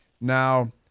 Now